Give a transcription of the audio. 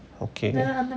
okay